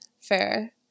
fair